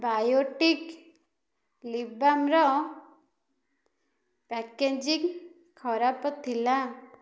biotic lip balm ର packaging ଖରାପ ଥିଲା